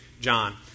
John